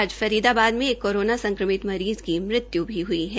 आज फरीदाबाद में कोरोना संक्रमित मरीज़ की मृत्यु भी हुई है